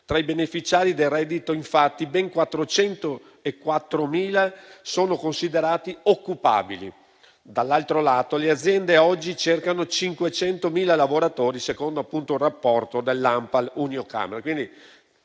Tra i beneficiari del reddito, infatti, ben 404.000 sono considerati occupabili. Dall'altro lato, le aziende oggi cercano 500.000 lavoratori secondo un rapporto di Anpal e Unioncamere.